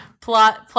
plot